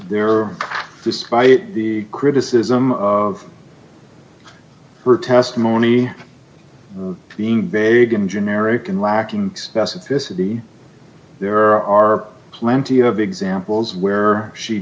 are despite the criticism of her testimony being vegan generic and lacking specificity there are plenty of examples where she